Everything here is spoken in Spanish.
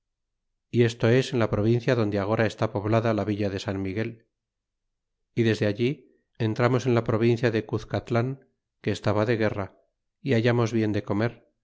y esto es en la provincia donde agora está poblada la villa de san miguel y desde allí entramos en la provincia de cuzcatlan que estaba de guerra y hallamos bien de comer